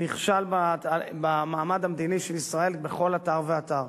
נכשל במעמד המדיני של ישראל בכל אתר ואתר.